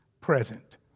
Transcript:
present